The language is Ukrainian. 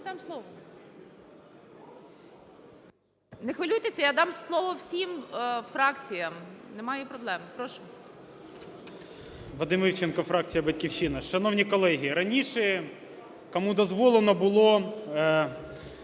Вадим Івченко, фракція "Батьківщина". Шановні колеги! Раніше, кому дозволено було